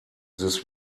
this